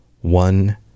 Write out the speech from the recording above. one